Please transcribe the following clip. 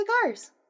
cigars